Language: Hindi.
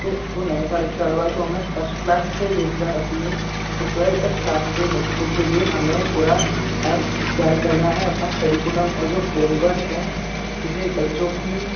तो नया साल इस्टार्ट हुआ है तो हमें फर्स्ट क्लास से लेकर अपने ट्वेंथ तक क्लास के बच्चों के लिए हमें पूरा तैयार करना हैं अपना करिकुलम और जो फ्रेमवर्क है जिसे बच्चों की